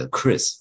Chris